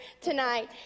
tonight